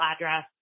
address